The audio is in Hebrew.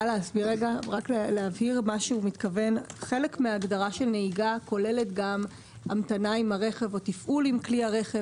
חלק מההגדרה של נהיגה כוללת גם המתנה עם הרכב או תפעול עם כלי הרכב